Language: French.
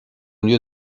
lieu